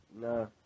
No